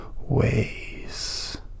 ways